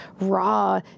raw